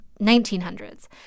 1900s